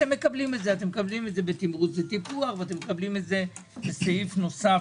אתם מקבלים את זה בתמרוץ וטיפוח וכסעיף נוסף